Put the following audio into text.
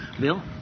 Bill